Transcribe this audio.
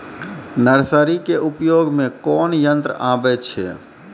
Nursery के उपयोग मे कोन यंत्र आबै छै?